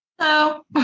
Hello